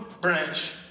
branch